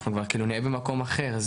אנחנו כבר נהיה במקום אחר.